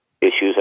issues